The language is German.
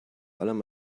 allem